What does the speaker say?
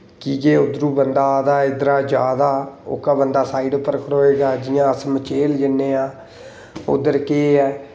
कि केह् उद्धरूं बंदा आ'रदा इद्धरूं जा'रदा ओह्का बंदा साइड़ उप्पर खड़ोग जि'यां अस मचेल जन्ने आं उद्धर केह् ऐ